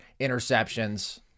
interceptions